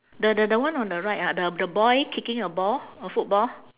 the the the one on the right ah the the boy kicking a ball a football